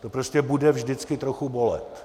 To prostě bude vždycky trochu bolet.